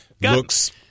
Looks